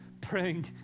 praying